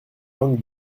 langue